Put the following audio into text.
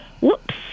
whoops